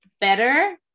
better